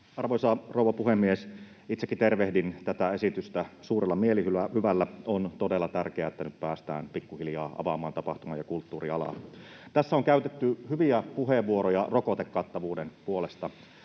Arvoisa rouva puhemies! Itsekin tervehdin tätä esitystä suurella mielihyvällä. On todella tärkeää, että nyt päästään pikkuhiljaa avaamaan tapahtuma- ja kulttuurialaa. Tässä on käytetty hyviä puheenvuoroja rokotekattavuuden puolesta,